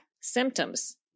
symptoms